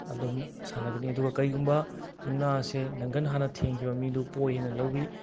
ꯑꯗꯨꯝ ꯁꯥꯟꯅꯒꯅꯤ ꯑꯗꯨꯒ ꯀꯔꯤꯒꯨꯝꯕ ꯃꯨꯛꯅꯥꯁꯦ ꯅꯪꯒꯟ ꯍꯥꯟꯅ ꯊꯦꯡꯈꯤꯕ ꯃꯤꯗꯨ ꯄꯣꯏꯌꯦꯅ ꯂꯧꯏ